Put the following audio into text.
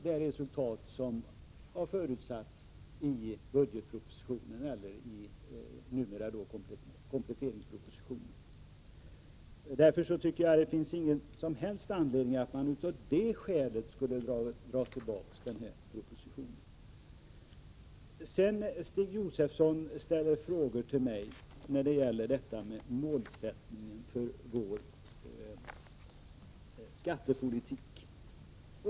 det resultat som har förutsatts i budgetpropositionen och kompletteringspropositionen kommer att uppnås. Därför finns det ingen som helst anledning att dra tillbaka denna proposition. Stig Josefson ställde frågor till mig om målsättningen för vår skattepolitik.